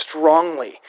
strongly